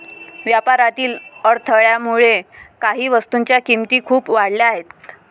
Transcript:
व्यापारातील अडथळ्यामुळे काही वस्तूंच्या किमती खूप वाढल्या आहेत